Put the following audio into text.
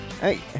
Hey